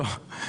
לא,